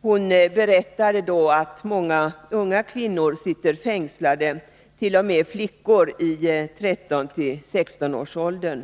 Hon berättade då att många unga kvinnor sitter fängslade, t.o.m. flickor i 13—16-årsåldern.